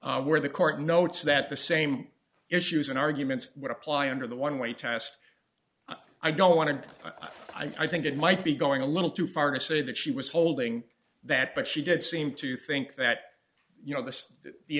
where the court notes that the same issues and arguments would apply under the one way test i don't want to i think it might be going a little too far to say that she was holding that but she did seem to think that you know this the